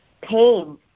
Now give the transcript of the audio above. pain